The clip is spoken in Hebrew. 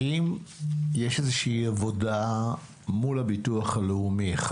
האם יש איזה שהיא עבודה מול הביטוח הלאומי,